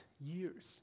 years